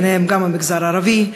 ובהם גם המגזר הערבי.